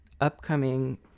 upcoming